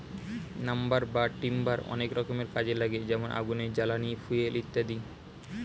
lumber বা timber অনেক রকমের কাজে লাগে যেমন আগুনের জ্বালানি, ফুয়েল ইত্যাদি